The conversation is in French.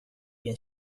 bien